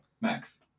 Max